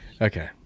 Okay